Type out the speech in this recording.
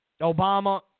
Obama